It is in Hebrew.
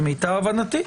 למיטב הבנתי,